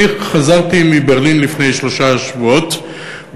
אני חזרתי מברלין לפני שלושה שבועות,